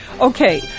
Okay